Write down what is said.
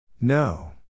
No